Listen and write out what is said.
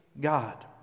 God